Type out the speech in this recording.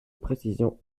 précision